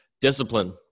discipline